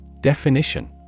Definition